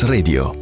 Radio